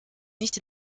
nicht